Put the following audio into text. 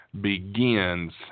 begins